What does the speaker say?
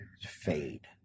fade